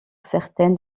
certaines